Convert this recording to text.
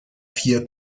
vier